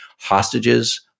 hostages